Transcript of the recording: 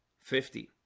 fifty.